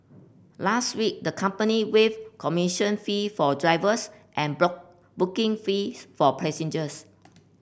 last week the company waived commission fee for drivers and booking fees for passengers